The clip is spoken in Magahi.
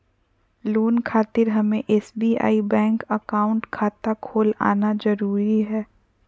लोन खातिर हमें एसबीआई बैंक अकाउंट खाता खोल आना जरूरी है?